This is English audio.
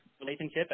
relationship